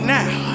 now